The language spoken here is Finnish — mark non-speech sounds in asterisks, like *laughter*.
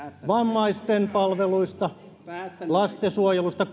vammaisten palveluista ja lastensuojelusta *unintelligible*